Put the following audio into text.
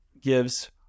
gives